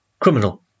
Criminal